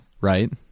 right